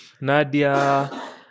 Nadia